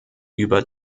über